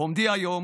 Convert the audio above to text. בעומדי היום